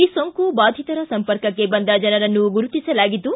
ಈ ಸೋಂಕು ಬಾಧಿತರ ಸಂಪರ್ಕಕ್ಕೆ ಬಂದ ಜನರನ್ನು ಗುರುತಿಸಲಾಗಿದ್ದು